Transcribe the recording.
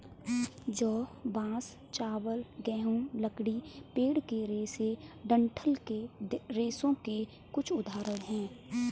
जौ, बांस, चावल, गेहूं, लकड़ी, पेड़ के रेशे डंठल के रेशों के कुछ उदाहरण हैं